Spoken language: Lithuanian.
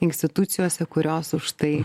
institucijose kurios už tai